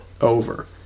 over